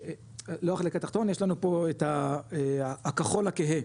לא החלק התחתון יש לנו פה את הכחול הכהה,